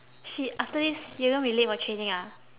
shit after this you're gonna be late for training ah